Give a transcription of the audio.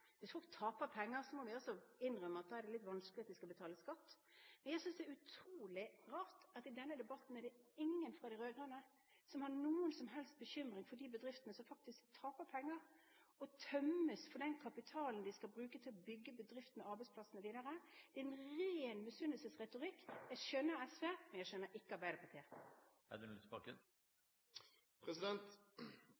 Hvis folk taper penger, må vi også innrømme at da er det litt vanskelig at de skal betale skatt. Jeg synes det er utrolig rart at i denne debatten er det ingen fra de rød-grønne som har noen som helst bekymring for de bedriftene som faktisk taper penger og tømmes for den kapitalen de skal bruke til å bygge bedriften og arbeidsplassene videre. Det er en ren misunnelsesretorikk. Jeg skjønner SV, men jeg skjønner ikke Arbeiderpartiet.